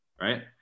right